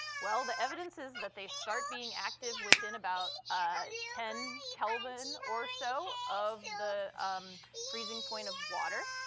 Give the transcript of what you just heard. well, the evidence is that they start being active within about ah ten kelvin or so of the um freezing point of water,